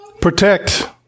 protect